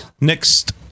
next